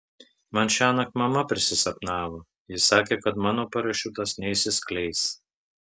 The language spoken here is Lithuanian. man šiąnakt mama prisisapnavo ji sakė kad mano parašiutas neišsiskleis